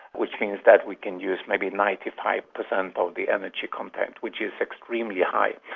which means that we can use maybe ninety five percent of the energy content, which is extremely high.